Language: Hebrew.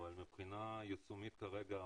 אבל מבחינה יישומית כרגע,